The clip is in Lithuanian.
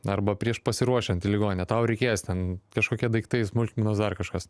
arba prieš pasiruošiant į ligoninę tau reikės ten kažkokie daiktai smulkmenos dar kažkas